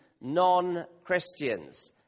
non-Christians